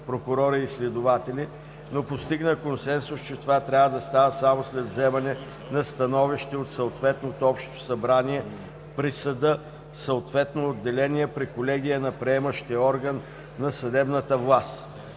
прокурори и следователи, но постигна консенсус, че това трябва да става само след вземане на становище от съответното Общо събрание при съда, съответното отделение или колегия на приемащия орган на съдебната власт.